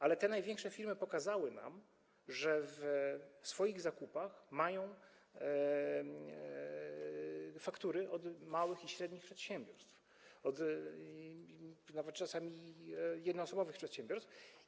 Ale te największe firmy pokazały nam, że w swoich zakupach mają faktury od małych i średnich przedsiębiorstw, czasami jednoosobowych przedsiębiorstw.